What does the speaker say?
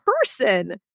person